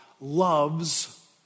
love's